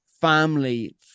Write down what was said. family